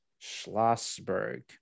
Schlossberg